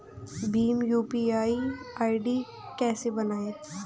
Bhim UPI ID कैसे बनाएं?